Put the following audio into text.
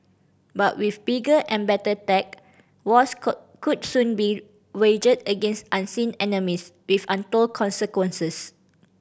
but with bigger and better tech wars could soon be waged against unseen enemies with untold consequences